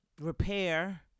repair